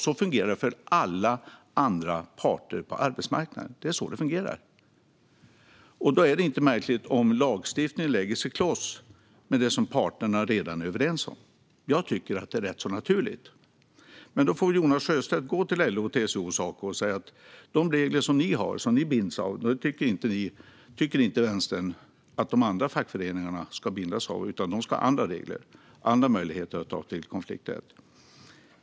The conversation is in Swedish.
Så fungerar det för alla andra parter på arbetsmarknaden. Därför är det inte märkligt om lagstiftningen lägger sig kloss med det som parterna redan är överens om. Jag tycker att det är rätt naturligt. Men Jonas Sjöstedt får gärna gå till LO, TCO och Saco och säga att de regler som de har och som de binds av tycker Vänstern inte att de andra fackföreningarna ska bindas av, utan de ska ha andra regler och andra möjligheter att använda konflikträtten.